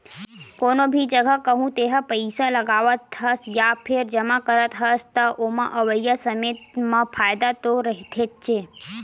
कोनो भी जघा कहूँ तेहा पइसा लगावत हस या फेर जमा करत हस, त ओमा अवइया समे म फायदा तो रहिथेच्चे